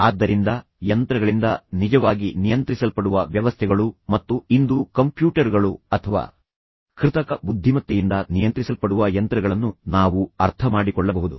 ಆದ್ದರಿಂದ ಯಂತ್ರಗಳಿಂದ ನಿಜವಾಗಿ ನಿಯಂತ್ರಿಸಲ್ಪಡುವ ವ್ಯವಸ್ಥೆಗಳು ಮತ್ತು ಇಂದು ಕಂಪ್ಯೂಟರ್ಗಳು ಅಥವಾ ಕೃತಕ ಬುದ್ಧಿಮತ್ತೆಯಿಂದ ನಿಯಂತ್ರಿಸಲ್ಪಡುವ ಯಂತ್ರಗಳನ್ನು ನಾವು ಅರ್ಥಮಾಡಿಕೊಳ್ಳಬಹುದು